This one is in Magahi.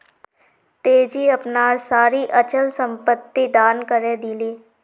तेजी अपनार सारी अचल संपत्ति दान करे दिले